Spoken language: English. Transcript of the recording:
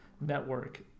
network